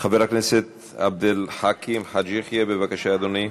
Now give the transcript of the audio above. חבר הכנסת עבד אל חכים חאג' יחיא, בבקשה, אדוני.